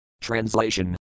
Translation